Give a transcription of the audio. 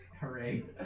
Hooray